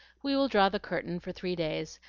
we will draw the curtain for three days,